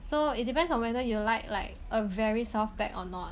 so it depends on whether you like like a very soft bag or not